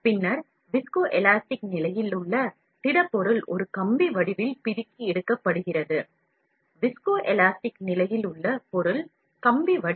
கம்பி செய்ய முயலுவீர்கள் என்றால் ஒரு டை வடிவிலான துளை வழியாக திடபொருளைக் செலுத்தி பிதிர்வு செய்யலாம் அங்கே கம்பி திட நிலையில் இருந்து பாகுநிலை மீள்தன்மை மாற்றப்படும்